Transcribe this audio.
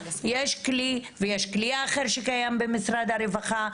יש כלי ויש כלי אחר שקיים במשרד הרווחה,